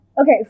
Okay